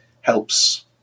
helps